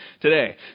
today